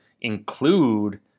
include